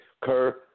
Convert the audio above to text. Kerr